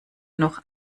noch